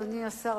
אדוני השר,